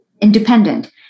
independent